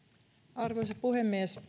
arvoisa puhemies